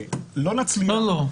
תדע,